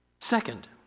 Second